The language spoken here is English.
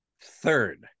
Third